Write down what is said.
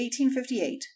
1858